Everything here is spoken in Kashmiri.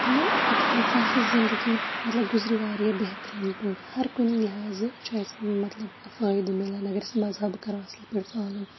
مطلب أکِس اِنسان سٕنز زِندگی مطلب گُزرِ مطلب واریاہ بہتریٖن پٲٹھۍ ہَر کُنہِ لِہازٕ چھُ اَسہِ مطلب فٲیدٕ مَلان اَگر أسۍ مَزہب کَرو اَصٕل پٲٹھۍ فالو